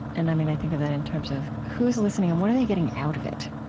and i think of that in terms of who's listening and what are they getting out of it